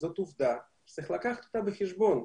וזאת עובדה שצריך לקחת אותה בחשבון.